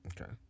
okay